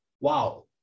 wow